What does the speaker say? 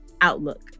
outlook